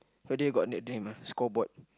further got the name ah scoreboard